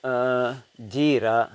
जीरा